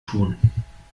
tun